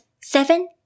seven